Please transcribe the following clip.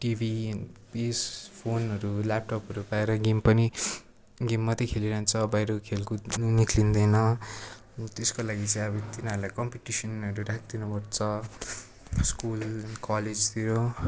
TV S फोनहरू ल्यापटपहरू पाएर गेम पनि गेम मात्रै खेलिरहन्छ बाहिर खेलकुद निस्किँदैन त्यसको लागि चाहिँ अब तिनीहरूलाई कम्पिटिसनहरू राखिदिनु पर्छ स्कुल कलेजतिर